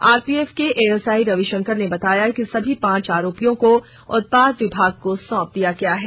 RPF के ASI Ravishankar ने बताया कि सभी पांच आरोपियों को उत्पाद विभाग को सौंप दिया गया है